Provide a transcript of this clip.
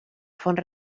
font